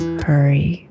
hurry